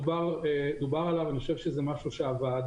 על הדבר הראשון דובר ואני חושב שזה משהו שהוועדה